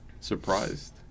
surprised